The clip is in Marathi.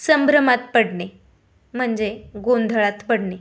संभ्रमात पडणे म्हणजे गोंधळात पडणे